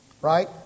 Right